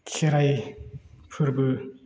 खेराइ फोरबो